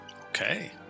Okay